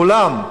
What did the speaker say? כולם,